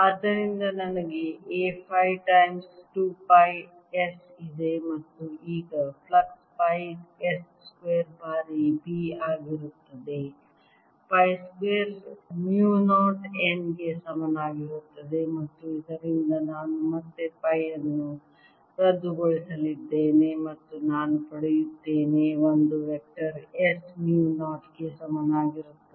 ಆದ್ದರಿಂದ ನನಗೆ A phi times 2 pi s ಇದೆ ಮತ್ತು ಈಗ ಫ್ಲಕ್ಸ್ ಪೈ s ಸ್ಕ್ವೇರ್ ಬಾರಿ B ಆಗಿರುತ್ತದೆ ಪೈ ಸ್ಕ್ವೇರ್ ಮ್ಯೂ 0 n ಗೆ ಸಮನಾಗಿರುತ್ತದೆ ಮತ್ತು ಇದರಿಂದ ನಾನು ಮತ್ತೆ ಪೈ ಅನ್ನು ರದ್ದುಗೊಳಿಸಲಿದ್ದೇನೆ ಮತ್ತು ನಾನು ಪಡೆಯುತ್ತೇನೆ ಒಂದು ವೆಕ್ಟರ್ s ಮ್ಯೂ 0 ಗೆ ಸಮನಾಗಿರುತ್ತದೆ